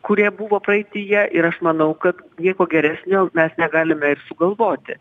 kurie buvo praeityje ir aš manau kad nieko geresnio mes negalime ir sugalvoti